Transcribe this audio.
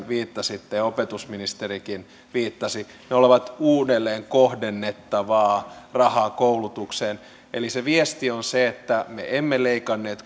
viittasitte ja opetusministerikin viittasi ne ovat uudelleen kohdennettavaa rahaa koulutukseen viesti on se että me emme leikanneet